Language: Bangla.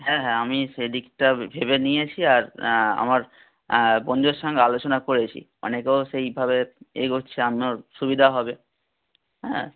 হ্যাঁ হ্যাঁ আমি সেদিকটা ভেবে নিয়েছি আর আমার বন্ধুদের সঙ্গে আলোচনা করেছি অনেকেও সেই ভাবে এগোচ্ছে আমারও সুবিধা হবে হ্যাঁ